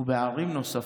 ובערים נוספות.